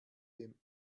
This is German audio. dem